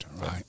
right